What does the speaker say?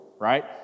right